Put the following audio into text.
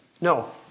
no